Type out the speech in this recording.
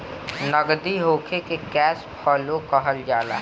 नगदी होखे के कैश फ्लो कहल जाला